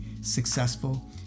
successful